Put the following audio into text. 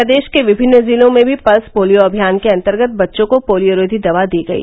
प्रदेश के विभिन्न जिलों में भी पल्स पोलियो अभियान के अन्तर्गत बच्चों को पोलियोरोधी दवा दी गयी